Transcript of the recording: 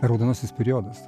raudonasis periodas